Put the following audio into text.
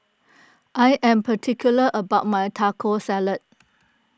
I am particular about my Taco Salad